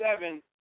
seven